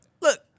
Look